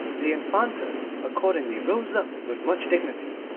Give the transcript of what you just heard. the infanta accordingly rose up with much dignity,